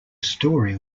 story